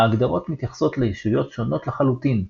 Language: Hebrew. ההגדרות מתייחסות לישויות שונות לחלוטין.